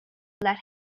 let